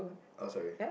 oh sorry